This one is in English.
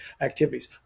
activities